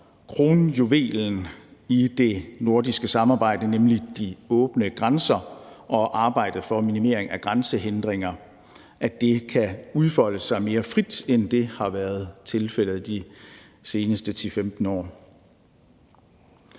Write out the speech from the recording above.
kronjuvelen i det nordiske samarbejde, nemlig de åbne grænser og arbejdet for minimering af grænsehindringer, kan udfolde sig mere frit, end det har været tilfældet de seneste 10-15 år.